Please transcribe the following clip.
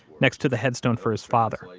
next to the headstone for his father,